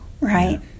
right